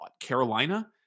Carolina